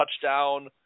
touchdown